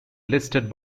listed